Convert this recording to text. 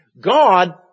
God